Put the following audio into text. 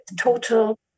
total